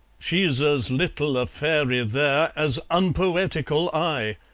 she's as little a fairy there as unpoetical i!